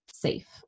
safe